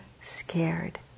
scared